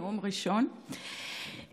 נאום ראשון,